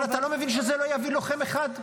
אבל אתה לא מבין שזה לא יביא לוחם אחד?